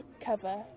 cover